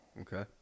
Okay